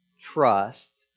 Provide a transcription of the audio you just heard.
trust